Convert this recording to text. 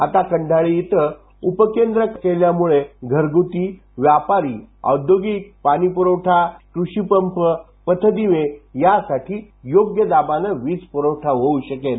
आता खंडाळी इथे उपकेंद्र कार्यान्वित केल्यामुळेघरगुती व्यापारी औघोगिकपाणी पुरवठा कृषीपंप पथदिवे यासाठी योग्य दाबानं वीज प्रवठा होऊ शकेल